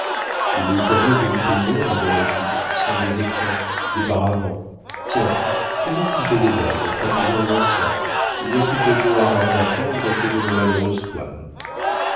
les tableaux que nous peignons mon bon ami sont des écrans des paravents tiens faisons plutôt des vers et traduisons les anciens il y a plus de gloire à en attendre que de nos malheureuses toiles